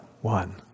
one